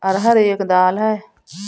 अरहर एक दाल है